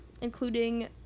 including